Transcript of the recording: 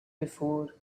before